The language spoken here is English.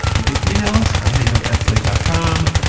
you can email us at hang-up at slate dot com.